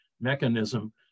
mechanism